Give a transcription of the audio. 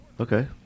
Okay